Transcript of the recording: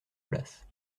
place